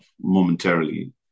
momentarily